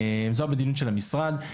זו המדיניות של המשרד,